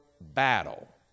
battle